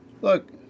look